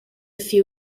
few